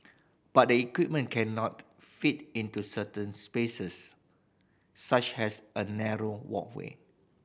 but the equipment cannot fit into certain spaces such as a narrow walkway